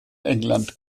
england